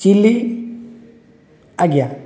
chilli ଆଜ୍ଞା